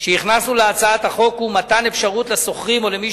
שהכנסנו להצעת החוק הוא מתן אפשרות לשוכרים או למי